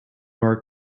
our